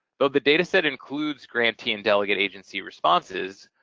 though the data set includes grantee and delegate agency responses,